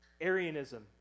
Arianism